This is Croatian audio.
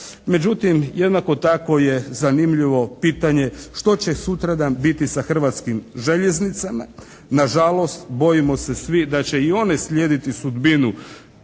Međutim, jednako tako je zanimljivo pitanje što će sutradan biti sa Hrvatskim željeznicama. nažalost bojimo se svi da će i one slijediti sudbinu